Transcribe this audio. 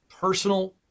personal